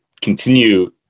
continue